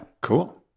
Cool